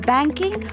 Banking